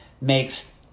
makes